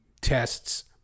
tests